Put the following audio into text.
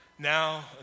Now